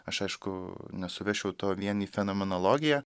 aš aišku nesuvesčiau to vien į fenomenologiją